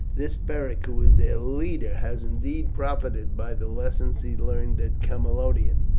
this beric, who is their leader, has indeed profited by the lessons he learned at camalodunum.